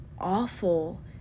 awful